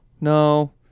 No